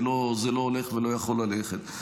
זה לא הולך ולא יכול ללכת.